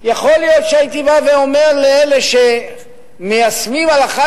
יכול להיות שהייתי בא ואומר לאלה שמיישמים הלכה